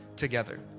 Together